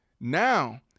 Now